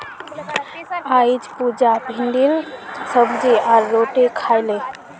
अईज पुजा भिंडीर सब्जी आर रोटी खा ले